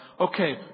Okay